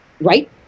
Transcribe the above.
right